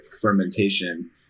fermentation